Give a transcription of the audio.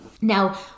Now